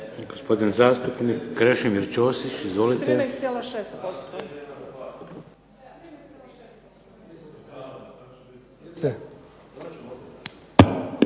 Gospodin zastupnik Krešimir Ćosić. Izvolite. **Ćosić,